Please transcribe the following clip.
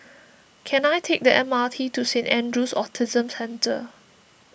can I take the M R T to Saint andrew's Autism Centre